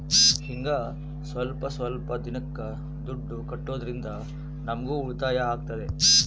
ಹಿಂಗ ಸ್ವಲ್ಪ ಸ್ವಲ್ಪ ದಿನಕ್ಕ ದುಡ್ಡು ಕಟ್ಟೋದ್ರಿಂದ ನಮ್ಗೂ ಉಳಿತಾಯ ಆಗ್ತದೆ